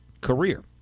career